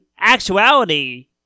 actuality